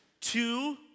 Two